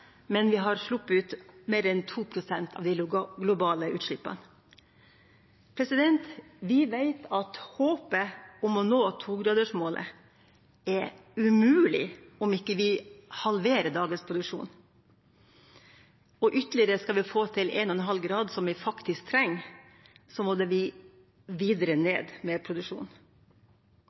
men vi har sluppet ut mer enn 2 pst. av de globale utslippene. Vi vet at håpet om å nå togradersmålet er ute om vi ikke halverer produksjonen sammenlignet med i dag. Og om vi skal nå 1,5-gradersmålet, som vi faktisk trenger å gjøre, må produksjonen videre ned. Jo tidligere vi går løs på oppgaven med